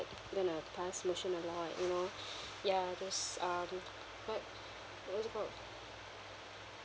you know ya that's um what uh what is it called